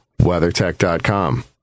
WeatherTech.com